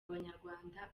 abanyarwanda